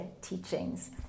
teachings